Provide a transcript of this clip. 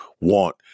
want